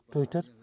Twitter